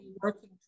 working